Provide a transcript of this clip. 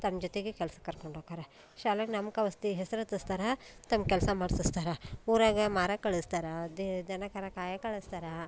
ತಮ್ಮ ಜೊತೆಗೆ ಕೆಲ್ಸಕ್ಕೆ ಕರ್ಕೊಂಡು ಹೋಕಾರ ಶಾಲೆಗೆ ನಾಮಕಾವಾಸ್ತೆ ಹೆಸರು ಹಚ್ಚಿಸ್ತಾರೆ ತಮ್ಮ ಕೆಲಸ ಮಾಡ್ಸಸ್ತಾರೆ ಊರಾಗ ಮಾರಕ್ಕ ಕಳಸ್ತಾರೆ ದೇ ದನ ಕರು ಕಾಯಕ್ಕೆ ಕಳಸ್ತಾರೆ